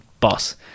boss